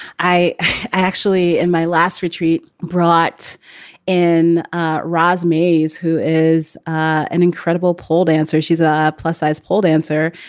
i actually in my last retreat brought in roz mays, who is an incredible pulled answer. she's a plus size pulled answer.